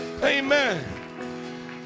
Amen